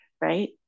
Right